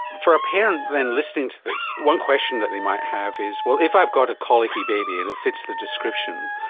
for a parent then listening to this, one question that they might have is, well, if i've got a colicky baby and it fits the description,